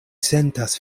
sentas